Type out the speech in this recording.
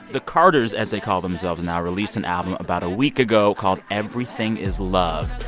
the carters, as they call themselves now, released an album about a week ago called everything is love.